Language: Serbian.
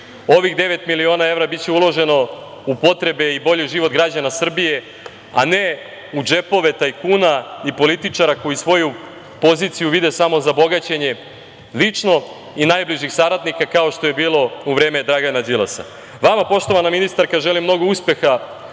ovih devet miliona evra biće uloženo u potrebe i bolji život građana Srbije, a ne u džepove tajkuna i političara koji svoju poziciju vide samo za bogaćenje, lično i najbližih saradnika, kao što je bilo u vreme Dragana Đilasa. Vama, poštovana ministarka, želim mnogo uspeha